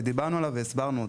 ודיברנו עליו והסברנו אותו.